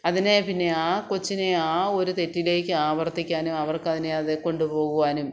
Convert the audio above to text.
അതിനെ പിന്നെ ആ കൊച്ചിനെ ആ ഒരു തെറ്റിലേക്ക് അവർത്തിക്കാനും അവർക്ക് അതിനെ അത് കൊണ്ടുപോകുവാനും